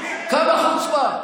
חוצפה, כמה חוצפה?